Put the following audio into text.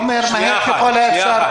אתה אומר: מהר ככל האפשר.